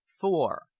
Four